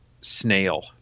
snail